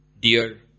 dear